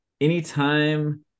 anytime